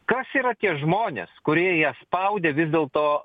kas yra tie žmonės kurie ją spaudė vis dėlto